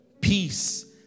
peace